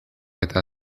eta